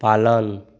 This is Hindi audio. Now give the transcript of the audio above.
पालन